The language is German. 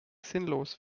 sinnlos